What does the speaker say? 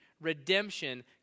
redemption